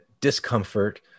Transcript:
discomfort